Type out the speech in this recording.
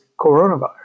coronavirus